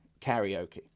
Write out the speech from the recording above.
karaoke